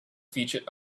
featured